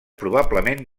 probablement